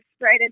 right